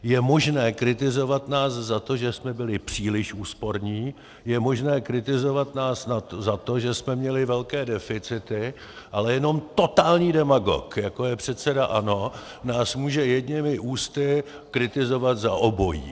Je možné kritizovat nás za to, že jsme byli příliš úsporní, je možné kritizovat nás za to, že jsme měli velké deficity, ale jenom totální demagog, jako je předseda ANO, nás může jedněmi ústy kritizovat za obojí.